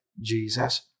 Jesus